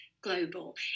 global